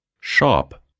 Shop